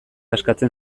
eskatzen